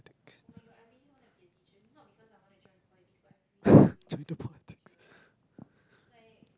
join the politics